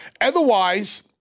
Otherwise